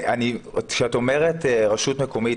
כשאת אומרת רשות מקומית,